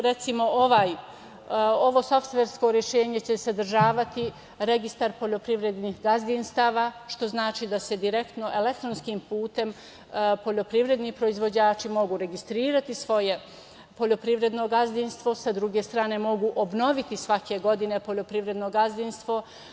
Recimo, ovo softversko rešenje će sadržati registar poljoprivrednih gazdinstava, što znači da se direktno, elektronskim putem, poljoprivredni proizvođači mogu registrovati svoje poljoprivredno gazdinstvo, sa druge strane mogu obnoviti svake godine poljoprivredno gazdinstvo.